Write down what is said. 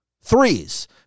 threes